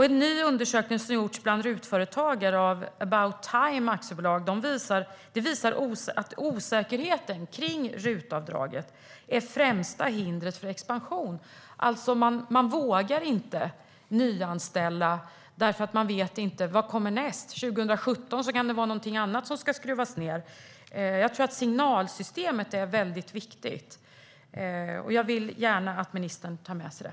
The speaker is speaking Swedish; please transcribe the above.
En ny undersökning som gjorts bland RUT-företagare av About Time AB visar att osäkerheten kring RUT-avdraget är det främsta hindret för expansion. Man vågar inte nyanställa därför att man inte vet vad som kommer härnäst. 2017 kan det vara något annat som ska skruvas ned. Jag tror att signalsystemet är väldigt viktigt, och jag vill gärna att ministern tar med sig det.